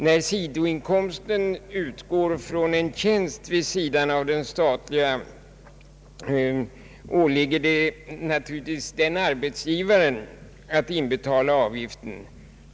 När sidoinkomsten utgår från en tjänst vid sidan av den statliga åligger det arbetsgivaren att inbetala avgiften.